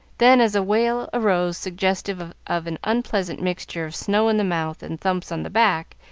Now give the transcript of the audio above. then, as a wail arose suggestive of an unpleasant mixture of snow in the mouth and thumps on the back,